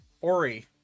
Ori